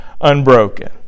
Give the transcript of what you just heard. Unbroken